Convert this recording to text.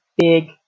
big